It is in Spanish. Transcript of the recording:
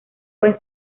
buen